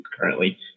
currently